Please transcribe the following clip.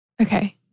Okay